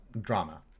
drama